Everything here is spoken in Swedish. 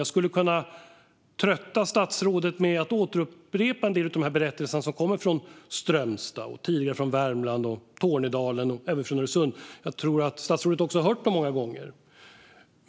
Jag skulle kunna trötta statsrådet med att upprepa en del av berättelserna från Strömstad, Värmland, Tornedalen och Öresund, men jag tror att statsrådet har hört dem många gånger.